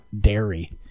dairy